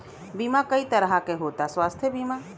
बीमा कई तरह के होता स्वास्थ्य बीमा?